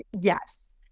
yes